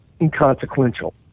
inconsequential